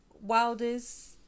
wildest